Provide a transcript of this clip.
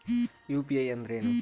UPI ಅಂದ್ರೇನು?